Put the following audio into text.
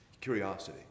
curiosity